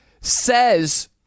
says